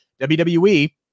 WWE